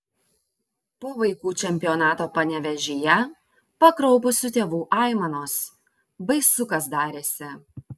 po vaikų čempionato panevėžyje pakraupusių tėvų aimanos baisu kas darėsi